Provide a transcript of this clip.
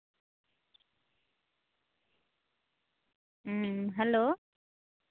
hello